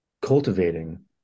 cultivating